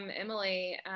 Emily